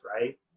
right